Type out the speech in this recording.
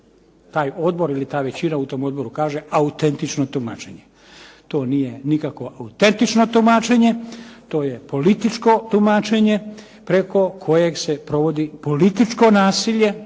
taj odbor ili ta većina u tom odboru kaže, autentično ponašanje. To nije nikakvo autentično tumačenje, to je političko tumačenje preko kojeg se provodi političko nasilje